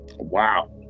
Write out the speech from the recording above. wow